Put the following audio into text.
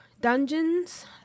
dungeons